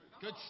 Good